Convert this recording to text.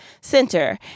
center